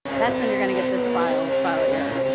that's when you're going to get this file file error.